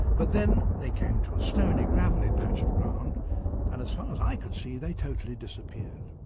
but then they came to a stony gravely path of ground and, as far as i could see, they totally disappeared.